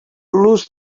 l’ús